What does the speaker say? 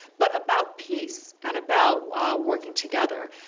but about peace and about working together.